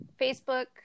Facebook